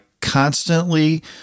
constantly